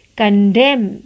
condemn